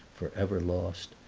forever lost,